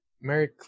mary